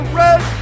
red